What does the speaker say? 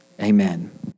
amen